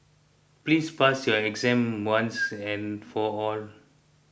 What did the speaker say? please pass your exam once and for all